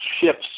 ships